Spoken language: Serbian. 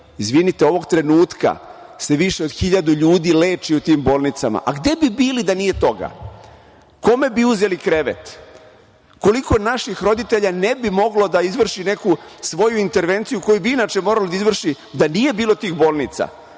Izvinite, ovog trenutka se više od hiljadu ljudi leči u tim bolnicama. A gde bi bili da nije toga? Kome bi uzeli krevet? Koliko naših roditelja ne bi moglo da izvrši neku svoju intervenciju koju bi inače morali da izvrše da nije bilo tih bolnica?